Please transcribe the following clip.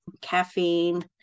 caffeine